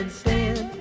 stand